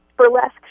burlesque